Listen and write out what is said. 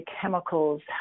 chemicals